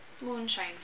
Moonshine